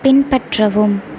பின்பற்றவும்